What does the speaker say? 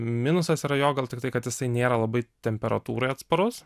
minusas yra jo gal tiktai kad jisai nėra labai temperatūrai atsparus